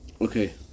Okay